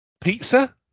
pizza